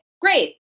great